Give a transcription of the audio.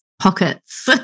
pockets